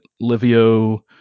Livio